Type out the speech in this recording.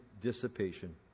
dissipation